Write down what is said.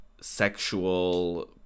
sexual